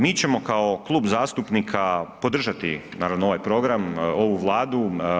Mi ćemo kao klub zastupnika podržati naravno ovaj program, ovu vladu.